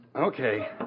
Okay